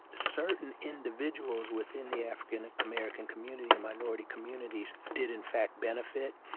certain individuals within the african american community, and minority communities, did in fact benefit.